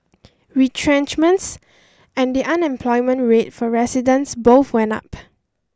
retrenchments and the unemployment rate for residents both went up